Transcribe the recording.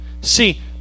See